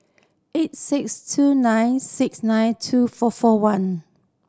eight six two nine six nine two four four one